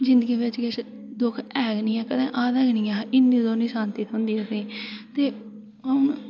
ज़िंदगी बिच किश दुक्ख ऐ गै निं ऐ कदें आये दा गै निं हा इ'न्नी जादा शांति थ्होंदी असें ते अ'ऊं